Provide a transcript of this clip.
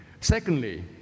Secondly